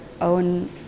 own